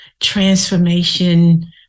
Transformation